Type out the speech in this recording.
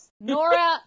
Nora